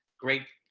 great,